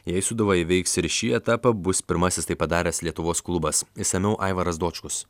jei sūduva įveiks ir šį etapą bus pirmasis tai padaręs lietuvos klubas išsamiau aivaras dočkus